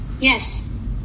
Yes